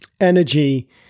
energy